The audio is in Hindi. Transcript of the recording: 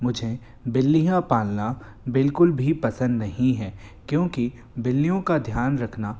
मुझे बिल्लियाँ पालना बिल्कुल भी पसंद नहीं हैं क्योंकि बिल्लियों का ध्यान रखना